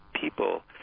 people